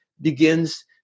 begins